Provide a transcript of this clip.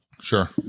sure